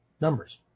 numbers